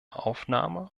aufnahme